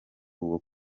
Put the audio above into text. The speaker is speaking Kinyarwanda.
uwo